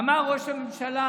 אמר ראש הממשלה